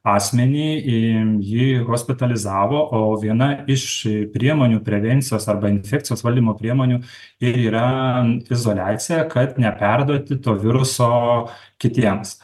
asmenį jį hospitalizavo o viena iš priemonių prevencijos arba infekcijos valdymo priemonių ir yra izoliacija kad neperduoti to viruso kitiems